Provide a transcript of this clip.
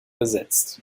besetzt